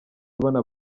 ubona